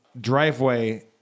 driveway